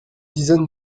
dizaine